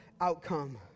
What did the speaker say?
outcome